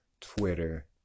Twitter